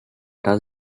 does